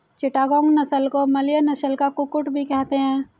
चिटागोंग नस्ल को मलय नस्ल का कुक्कुट भी कहते हैं